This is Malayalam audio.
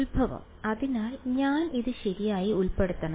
ഉത്ഭവം അതിനാൽ ഞാൻ അത് ശരിയായി ഉൾപ്പെടുത്തണം